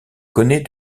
connaît